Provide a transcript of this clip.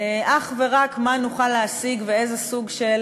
אך ורק מה נוכל להשיג ואיזה סוג של